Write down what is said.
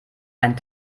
einen